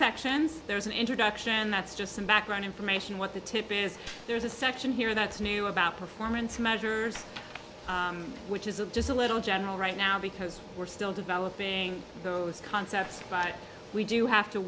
sections there's an introduction that's just some background information what the tip is there's a section here that's new about performance measures which is a just a little general right now because we're still developing those concepts but we do have to